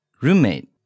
Roommate